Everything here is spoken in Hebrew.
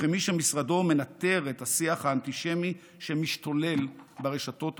כמי שמשרדו מנטר את השיח האנטישמי שמשתולל ברשתות החברתיות.